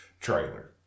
trailer